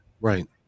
Right